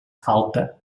falta